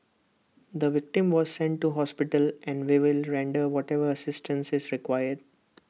the victim was sent to hospital and we will render whatever assistance is required